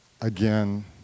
again